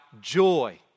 joy